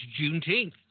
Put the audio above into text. Juneteenth